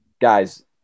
guys